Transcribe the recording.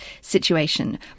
situation